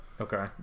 Okay